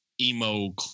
emo